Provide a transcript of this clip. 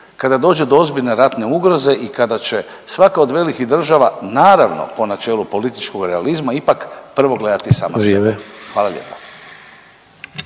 kada dođe do ozbiljne ratne ugroze i kada će svaka od velikih država naravno po načelu političkog realizma ipak prvo gledati sama sebe. Hvala lijepa.